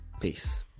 Peace